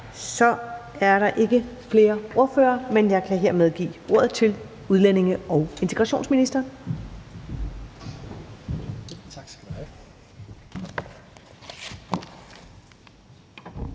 Der er ikke flere ordførere, så jeg kan hermed give ordet til udlændinge- og integrationsministeren.